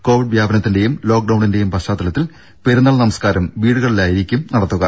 Covid വ്യാപനത്തിന്റെയും ലോക്ക്ഡൌണിന്റെയും പശ്ചാത്തലത്തിൽ പെരുന്നാൾ നമസ്കാരം വീടുകളിലാകും നടത്തുക